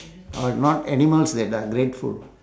are not animals that are grateful